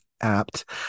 apt